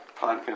podcast